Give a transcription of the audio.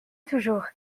toujours